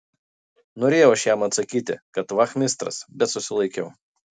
norėjau aš jam atsakyti kad vachmistras bet susilaikiau